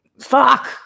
fuck